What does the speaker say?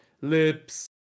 lips